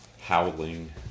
howling